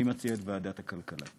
אני מציע את ועדת הכלכלה.